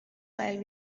while